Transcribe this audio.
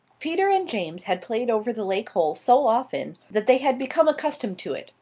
peter and james had played over the lake hole so often that they had become accustomed to it,